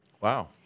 Wow